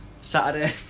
Saturday